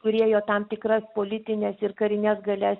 turėjo tam tikras politines ir karines galias